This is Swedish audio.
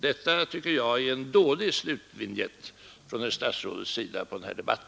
Detta, tycker jag, är en dålig slutvinjett från statsrådets sida på den här debatten.